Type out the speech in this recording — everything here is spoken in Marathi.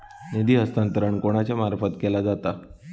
निधी हस्तांतरण कोणाच्या मार्फत केला जाता?